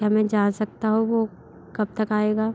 क्या मैं जान सकता हूँ वो कब तक आएगा